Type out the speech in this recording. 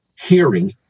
hearing